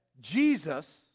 Jesus